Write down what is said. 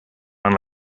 and